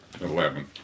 eleven